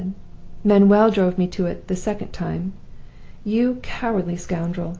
manuel drove me to it the second time you cowardly scoundrel!